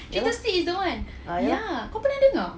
ya lah ah ya